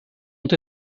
ont